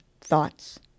thoughts